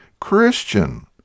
Christian